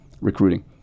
recruiting